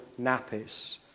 nappies